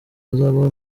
hazabaho